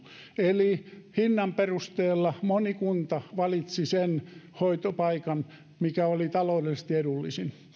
eli hinnan perusteella moni kunta valitsi sen hoitopaikan mikä oli taloudellisesti edullisin